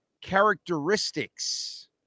characteristics